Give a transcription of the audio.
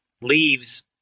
leaves